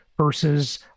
versus